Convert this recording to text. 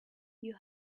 you